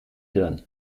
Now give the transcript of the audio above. hirn